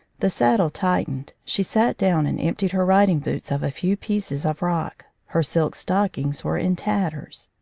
the saddle tightened, she sat down and emptied her riding-boots of a few pieces of rock. her silk stockings were in tatters.